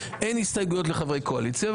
אין הסתייגויות לחברי קואליציה.